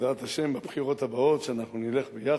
בעזרת השם בבחירות הבאות כשאנחנו נלך ביחד,